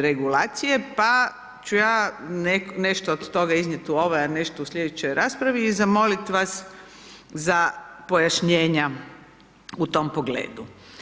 regulacije pa ću ja nešto od toga iznijeti u ovoj a nešto u slijedećoj raspravi i zamolit vas za pojašnjenja u tom pogledu.